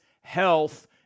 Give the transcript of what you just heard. health